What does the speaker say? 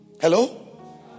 Hello